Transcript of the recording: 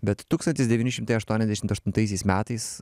bet tūkstantis devyni šimtai aštuoniasdešimt aštuntaisiais metais